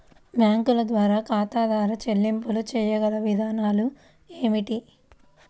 బ్యాంకుల ద్వారా ఖాతాదారు చెల్లింపులు చేయగల విధానాలు ఏమిటి?